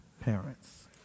parents